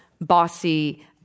bossy